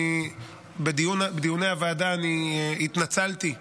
ובדיוני הוועדה אני התנצלתי,